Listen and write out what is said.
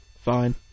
fine